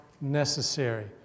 necessary